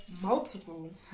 multiple